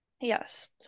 Yes